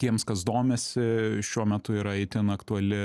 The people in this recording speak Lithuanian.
tiems kas domisi šiuo metu yra itin aktuali